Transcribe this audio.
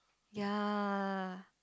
ya